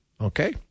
Okay